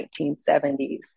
1970s